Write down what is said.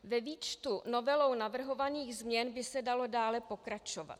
Ve výčtu novelou navrhovaných změn by se dalo dále pokračovat.